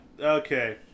Okay